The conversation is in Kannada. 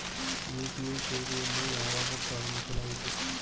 ಯು.ಪಿ.ಐ ಸೇವೆಯನ್ನು ಯಾವಾಗ ಪ್ರಾರಂಭಿಸಲಾಯಿತು?